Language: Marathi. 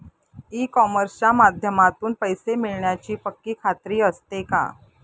ई कॉमर्सच्या माध्यमातून पैसे मिळण्याची पक्की खात्री असते का?